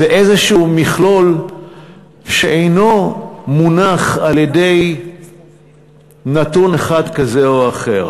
זה איזה מכלול שאינו מונח על-ידי נתון אחד כזה או אחר,